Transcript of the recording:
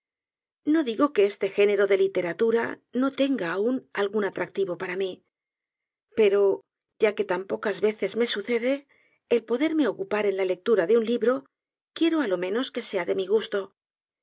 no digo que este género de literatura no tenga aun algún atractivo para mí pero ya que tan pocas veces me sucede el poderme ocupar en la lectura de un libro quiero á lo menos que sea de mi gusto